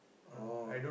orh